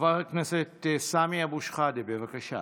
חבר הכנסת סמי אבו שחאדה, בבקשה.